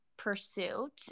pursuit